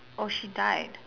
oh she died